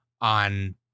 on